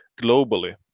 globally